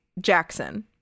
Jackson